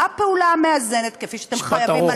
מה הפעולה המאזנת, כפי שאתם חייבים על-פי החוק?